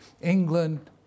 England